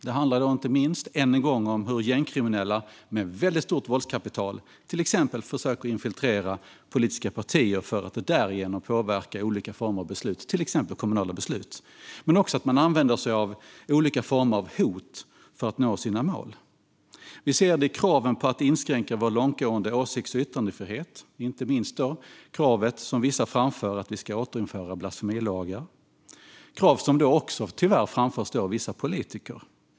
Det handlar inte minst än en gång om hur gängkriminella med väldigt stort våldskapital till exempel försöker infiltrera politiska partier för att därigenom påverka olika former av beslut, till exempel kommunala beslut. Man använder sig också av olika former av hot för att nå sina mål. Vi ser det i kraven på att inskränka vår långtgående åsikts och yttrandefrihet. Det gäller inte minst det krav som vissa framför på att vi ska återinföra blasfemilagar. Det är krav som tyvärr också framförs av vissa politiker.